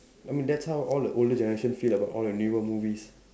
I mean that's how all the older generation feel about all the newer movies